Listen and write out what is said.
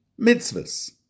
Mitzvahs